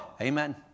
amen